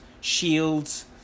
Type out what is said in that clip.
shields